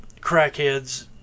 crackheads